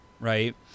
Right